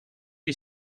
you